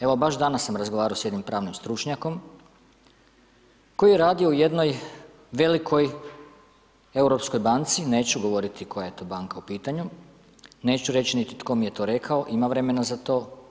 Evo baš danas sam razgovarao s jedim pravnim stručnjakom, koji je radio u jednoj velikoj europskoj banci, neću govoriti koja je to banka u pitanju, neću reći niti tko mi je to rekao, ima vremena za to.